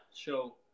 show